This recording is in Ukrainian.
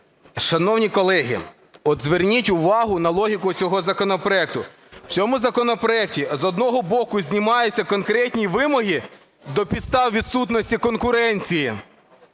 Шановні колеги, от зверніть увагу на логіку цього законопроекту. В цьому законопроекті, з одного боку, знімаються конкретні вимоги до підстав відсутності конкуренції,